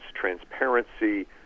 transparency